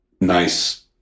nice